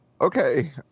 Okay